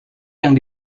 yang